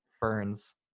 burns